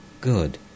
Good